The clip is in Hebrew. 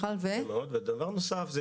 דבר נוסף,